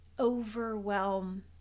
overwhelm